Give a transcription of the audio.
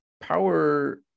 power